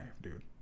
dude